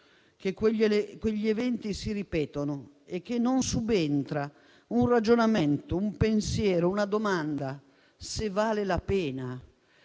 che quegli eventi si ripetono e che non subentra un ragionamento, un pensiero, una domanda: se valga la pena;